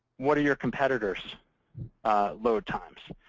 what are your competitors' load times?